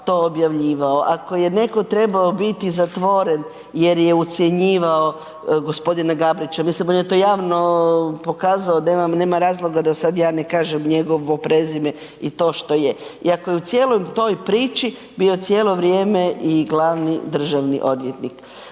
to objavljivao, ako je neko trebao biti zatvoren jer je ucjenjivao gospodina Gabrića, mislim on je to javno pokazao nema razloga da sada ja ne kažem njegovo prezime i to što je i ako je u cijeloj toj priči bio i glavni državni odvjetnik.